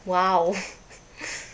!wow!